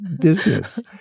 business